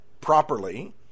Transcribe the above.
properly